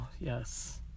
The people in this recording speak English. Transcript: yes